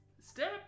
step